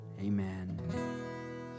amen